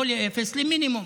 לא לאפס, למינימום.